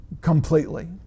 completely